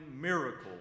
miracle